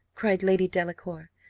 cried lady delacour,